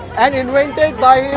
and invented by.